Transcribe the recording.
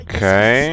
Okay